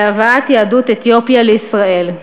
בהבאת יהדות אתיופיה לישראל.